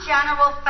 General